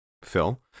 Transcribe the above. Phil